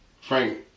Frank